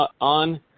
on